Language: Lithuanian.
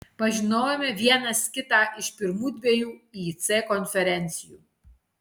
pažinojome vienas kitą iš pirmų dviejų ic konferencijų